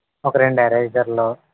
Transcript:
ఒక రెండు ఏరేజర్లు